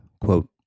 quote